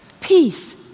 Peace